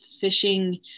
fishing